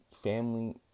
Family